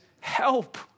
help